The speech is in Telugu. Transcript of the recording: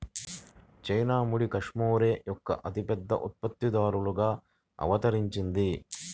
చైనా ముడి కష్మెరె యొక్క అతిపెద్ద ఉత్పత్తిదారుగా అవతరించింది